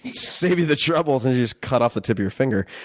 save you the troubles and just cut off the tip of your finger.